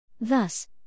Thus